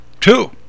two